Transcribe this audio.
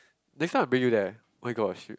next time I bring you there my gosh you